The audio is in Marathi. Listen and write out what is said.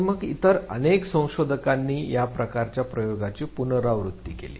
आणि मग इतर अनेक संशोधकांनी या प्रकारच्या प्रयोगाची पुनरावृत्ती केली